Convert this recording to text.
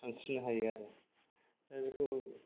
सानस्रिनो हायो आरो दा बेखौ